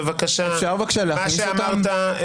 אפשר בבקשה להכניס אותם?